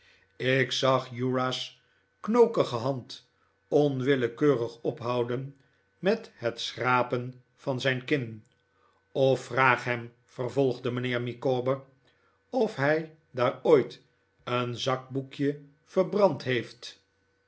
ik zag uriah's knokige hand onwillekeun rig ophouden met het schrapen van zijn kin of vraag hem vervolgde mijnheer micawber bf hij daar ooit een zakboekje verbrand heeft